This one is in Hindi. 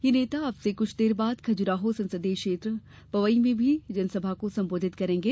यह नेता अब से कुछ देर बाद खजुराहो संसदीय क्षेत्र पवई में भी सभा को संबोधित करेंगे